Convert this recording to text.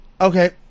Okay